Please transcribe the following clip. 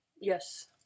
Yes